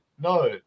No